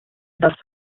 thus